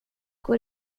går